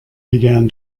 began